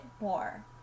more